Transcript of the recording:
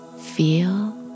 Feel